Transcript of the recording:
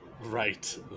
Right